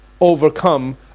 overcome